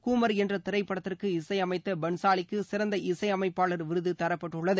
கூம் என்ற திரைப்படத்திற்கு இசை அமைத்த பள்சுலிக்கு சிறந்த இசை அமைப்பாளர் விருது தரப்பட்டுள்ளது